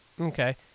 Okay